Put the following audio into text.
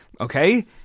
okay